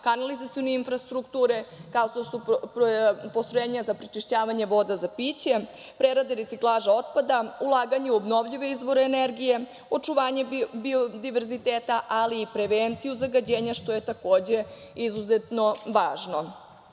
kanalizacione infrastrukture, kao što su postrojenja za prečišćavanje voda za piće, prerade i reciklaža otpada, ulaganje u obnovljive izvore energije, očuvanje biodiverziteta, ali i prevenciju zagađenja, što je takođe izuzetno